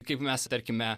kaip mes tarkime